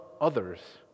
others